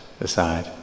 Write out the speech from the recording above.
aside